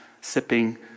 sipping